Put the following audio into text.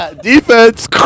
Defense